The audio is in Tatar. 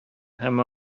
һәм